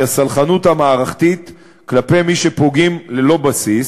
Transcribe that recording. היא הסלחנות המערכתית כלפי מי שפוגעים ללא בסיס,